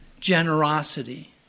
generosity